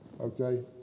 Okay